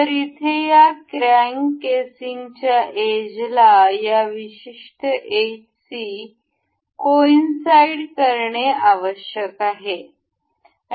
तर इथे या क्रॅंक केसिंगच्या एजला या विशिष्ट एजशी कॉइनसाईड करणे आवश्यक आहे